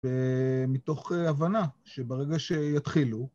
ומתוך הבנה שברגע שיתחילו...